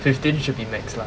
fifteen should be maximum lah